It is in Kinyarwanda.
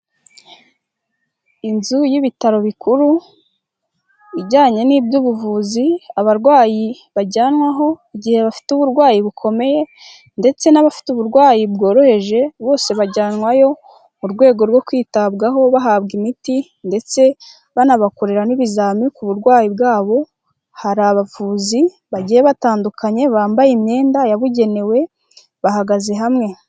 Inzu y'ibitaro bikuru ijyanye n'iby'ubuvuzi, abarwayi bajyanwaho igihe bafite uburwayi bukomeye ndetse n'abafite uburwayi bworoheje bose bajyanwayo, mu rwego rwo kwitabwaho bahabwa imiti ndetse banabakorera n'ibizamini ku burwayi bwabo, hari abavuzi bagiye batandukanye bambaye imyenda yabugenewe bahagaze hamwe.